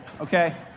okay